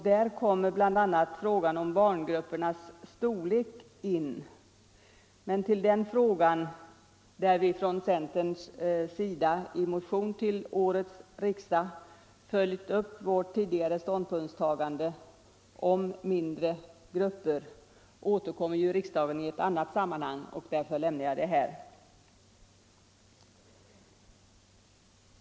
Där kommer bl.a. frågan om barngruppernas storlek in, men till den frågan — där vi från centern i motion till årets riksdag har följt upp vårt tidigare ståndpunktstagande om mindre grupper — återkommer riksdagen i annat sammanhang. Jag går därför inte in på den frågan nu.